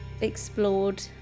explored